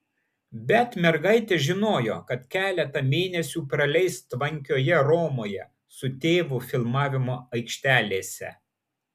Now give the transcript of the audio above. bet mergaitė žinojo kad keletą mėnesių praleis tvankioje romoje su tėvu filmavimo aikštelėse